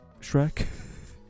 Shrek